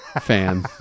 fan